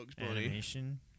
animation